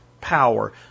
power